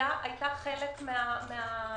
העירייה היתה חלק מהשיח.